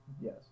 Yes